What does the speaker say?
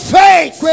faith